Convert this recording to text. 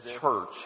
church